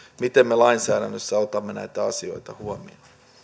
miten me lainsäädännössä otamme näitä asioita huomioon